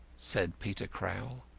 said peter crowl.